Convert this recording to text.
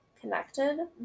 connected